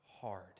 hard